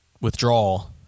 withdrawal